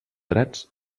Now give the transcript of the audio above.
drets